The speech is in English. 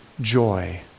joy